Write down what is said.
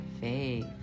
faith